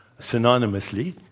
synonymously